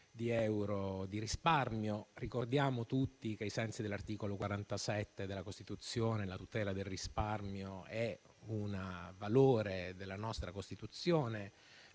di euro di risparmi). Ricordiamo tutti che, ai sensi dell'articolo 47 della Costituzione, la tutela del risparmio è un valore, perché l'Italia è una